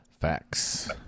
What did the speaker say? facts